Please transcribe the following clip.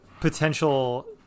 potential